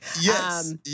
Yes